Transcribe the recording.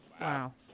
Wow